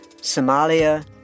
Somalia